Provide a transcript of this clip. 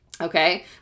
okay